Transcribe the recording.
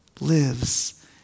lives